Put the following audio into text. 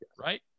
right